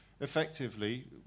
effectively